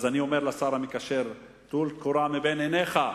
אז אני אומר לשר המקשר: טול קורה מבין עיניך.